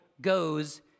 goes